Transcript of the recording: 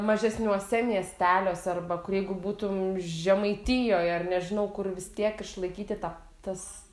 mažesniuose miesteliuose arba jeigu būtum žemaitijoj ar nežinau kur vis tiek išlaikyti tą tas